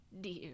Dear